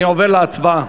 אני עובר להצבעה.